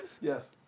Yes